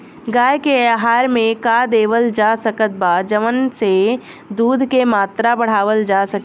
गाय के आहार मे का देवल जा सकत बा जवन से दूध के मात्रा बढ़ावल जा सके?